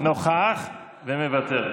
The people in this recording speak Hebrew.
נוכח אבל מוותר.